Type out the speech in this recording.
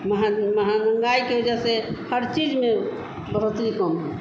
महँग महँगाई की वजह से हर चीज़ में बहुत ही कम है